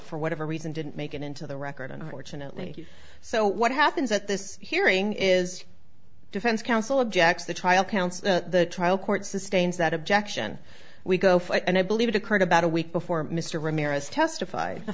for whatever reason didn't make it into the record unfortunately so what happens at this hearing is defense counsel objects the trial counsel the trial court sustains that objection we go for it and i believe it occurred about a week before mr ramirez testif